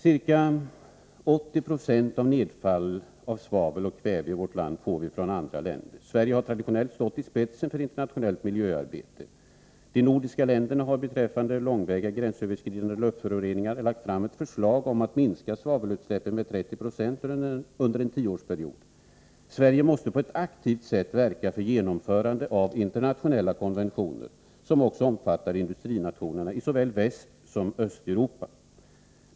Ca 80 20 av nedfallet av svavel och kväve i vårt land får vi från andra länder. Sverige har traditionellt stått i spetsen för internationellt miljöarbete. De nordiska länderna har beträffande långväga gränsöverskridande luftföroreningar lagt fram ett förslag om att minska svavelutsläppen med 30 96 under en tioårsperiod. Sverige måste på ett aktivt sätt verka för genomförande av internationella konventioner som också omfattar industrinationerna i såväl Västsom Östeuropa.